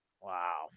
Wow